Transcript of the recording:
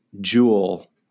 jewel